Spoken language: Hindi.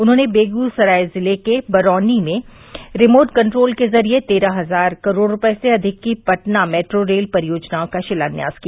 उन्होंने बेगूसराय जिले के बरौनी में रिमोट कंट्रोल के जरिये तेरह हजार करोड़ रूपये से अधिक की पटना मेट्रो रेल परियोजना का शिलान्यास किया